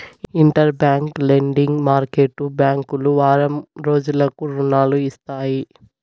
inter bank lending market బ్యాంకులు వారం రోజులకు రుణాలు ఇస్తాయి